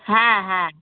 হ্যাঁ হ্যাঁ